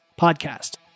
podcast